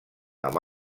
amb